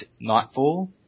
Nightfall